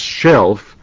shelf